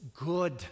good